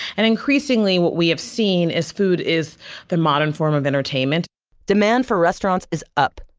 and increasingly, what we have seen, is food is the modern form of entertainment demand for restaurants is up,